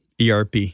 ERP